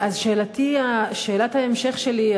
אז שאלת ההמשך שלי,